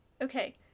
Okay